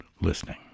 listening